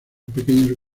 pequeños